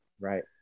Right